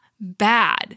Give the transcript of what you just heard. bad